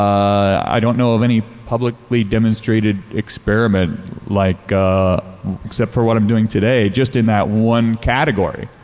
i don't know of any publicly demonstrated experiment-like like expect for what i'm doing today, just in that one category.